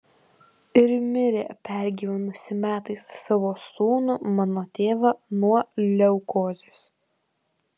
ir mirė pergyvenusi metais savo sūnų mano tėvą nuo leukozės